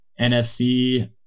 NFC